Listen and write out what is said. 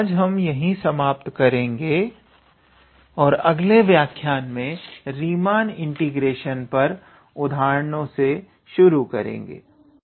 तो आज हम यही समाप्त करेंगे और अगले व्याख्यायन में रीमान इंटीग्रेशन पर उदाहरणों से शुरू करेंगे